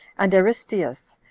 and aristeus,